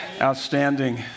Outstanding